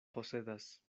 posedas